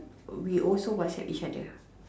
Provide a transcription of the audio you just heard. we also WhatsApp each other